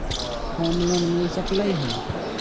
Home loan मिल सकलइ ह?